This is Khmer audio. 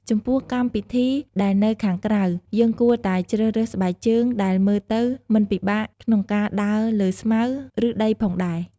ចំពោះកម្មពិធីដែលនៅខាងក្រៅ យើងគួរតែជ្រើសរើសស្បែកជើងដែលមើលទៅមិនពិបាកកក្នុងការដើរលើស្មៅ ឬដីផងដែរ។